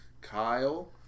Kyle